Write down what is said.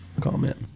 Comment